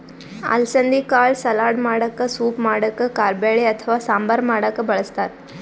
ಅಲಸಂದಿ ಕಾಳ್ ಸಲಾಡ್ ಮಾಡಕ್ಕ ಸೂಪ್ ಮಾಡಕ್ಕ್ ಕಾರಬ್ಯಾಳಿ ಅಥವಾ ಸಾಂಬಾರ್ ಮಾಡಕ್ಕ್ ಬಳಸ್ತಾರ್